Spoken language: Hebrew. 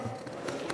ההצעה